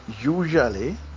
usually